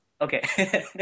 Okay